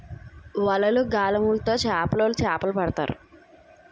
వలలు, గాలములు తో చేపలోలు చేపలు పడతారు